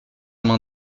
main